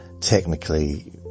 technically